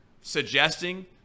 suggesting